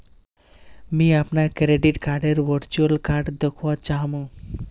मी अपनार क्रेडिट कार्डडेर वर्चुअल कार्ड दखवा चाह मु